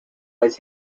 was